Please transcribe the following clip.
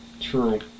True